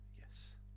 Yes